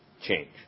change